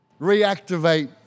Reactivate